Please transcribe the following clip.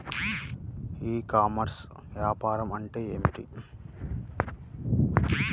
ఈ కామర్స్లో వ్యాపారం అంటే ఏమిటి?